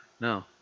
No